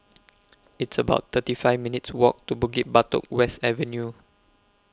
It's about thirty five minutes' Walk to Bukit Batok West Avenue